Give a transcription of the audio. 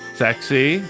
sexy